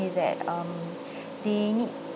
that um they need